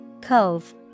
Cove